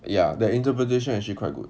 ya that interpretation actually quite good